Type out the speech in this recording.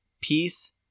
Peace